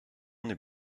n’est